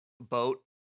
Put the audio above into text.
boat